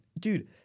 dude